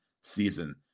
season